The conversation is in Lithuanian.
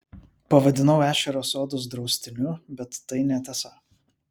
pavadinau ešerio sodus draustiniu bet tai netiesa